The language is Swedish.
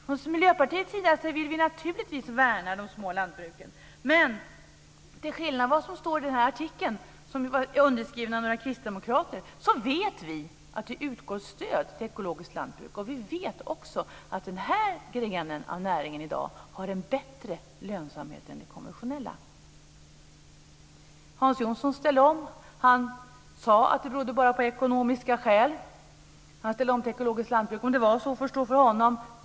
Från Miljöpartiets sida vill vi naturligtvis värna de små lantbruken, men till skillnad från vad som står i den artikel som var underskriven av några kristdemokrater vet vi att det utgår stöd till ekologiskt lantbruk. Vi vet också att den här grenen av näringen i dag har en bättre lönsamhet än det konventionella. Lantbrukaren Hans Jansson ställde om, han sade att det var enbart ekonomiska skäl som gjorde att han ställde om. Om det var så får stå för honom.